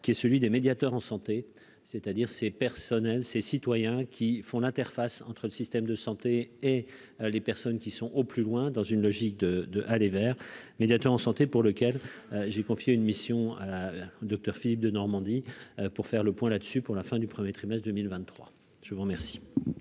qui est celui des médiateurs en santé, c'est-à-dire c'est personnel, ces citoyens qui font l'interface entre le système de santé et les personnes qui sont au plus loin dans une logique de de aller vers médiateur en santé, pour lequel j'ai confié une mission à la Docteur Philippe de Normandie pour faire le point là-dessus pour la fin du 1er trimestre 2023 je vous remercie.